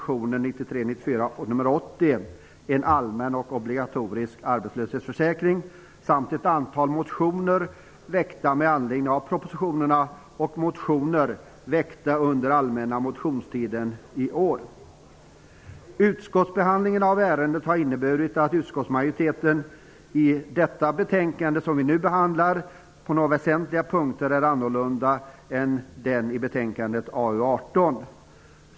I betänkandet 1993/94:AU18 Utskottsbehandlingen av ärendet har inneburit att utskottsmajoriteten i det betänkande som vi nu behandlar på några väsentliga punkter är annorlunda än den i betänkande AU18.